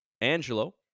angelo